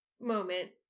moment